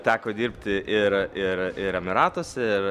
teko dirbti ir ir ir emiratuose ir